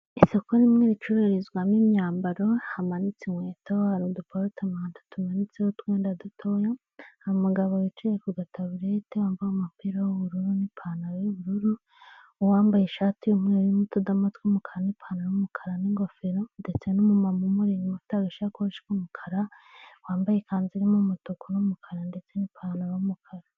isoko rimwe ricururizwamo imyambaro hamanitswe inkweto uduporotomanto tumanitseho utwenda dutoya, hari umugabo wambaye ishati y'umweru irimo utidomo tw'umukara n'ipantaro y'umukara n'ingofero ndetse n'umumama umuri inyuma ufita agasakoshi k'umukara wambaye ikanzu y'umutuku n'umukara ndetse n'ipantaro y'umukara